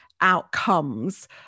outcomes